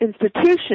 institution